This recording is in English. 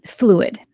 fluid